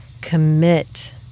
Commit